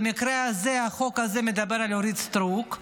ובמקרה הזה החוק הזה מדבר על אורית סטרוק,